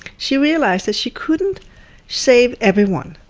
she realized that she couldn't save everyone.